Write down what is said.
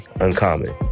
uncommon